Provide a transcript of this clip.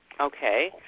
Okay